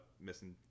missing